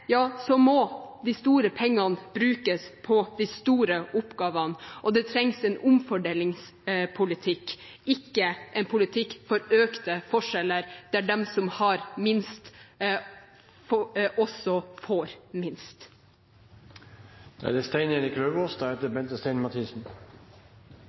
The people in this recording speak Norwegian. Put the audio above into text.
må de store pengene brukes på de store oppgavene, og det trengs en omfordelingspolitikk, ikke en politikk for økte forskjeller der de som har minst, også får minst. Det